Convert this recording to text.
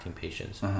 patients